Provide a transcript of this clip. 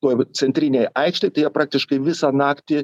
toj centrinėj aikštėj tai jie praktiškai visą naktį